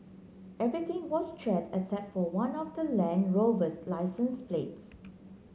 everything was charred except for one of the Land Rover's licence plates